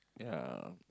ya